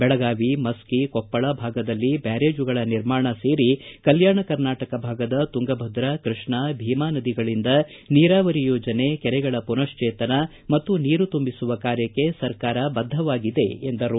ಬೆಳಗಾವಿ ಮಸ್ಕಿ ಕೊಪ್ಪಳ ಭಾಗದಲ್ಲಿ ಬ್ವಾರೇಜುಗಳ ನಿರ್ಮಾಣ ಸೇರಿ ಕಲ್ವಾಣ ಕರ್ನಾಟಕ ಭಾಗದ ತುಂಗಭದ್ರ ಕ್ರಷ್ಟಾ ಭೀಮಾ ನದಿಗಳಿಂದ ನೀರಾವರಿ ಯೋಜನೆ ಕೆರೆಗಳ ಪುನಶ್ಲೇತನ ಮತ್ತು ನೀರು ತುಂಬಿಸುವ ಕಾರ್ಯಕ್ಕೆ ಸರ್ಕಾರ ಬದ್ಗವಾಗಿದೆ ಎಂದರು